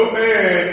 man